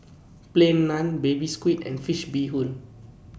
Plain Naan Baby Squid and Fish Head Bee Hoon